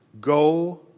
Go